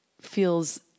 feels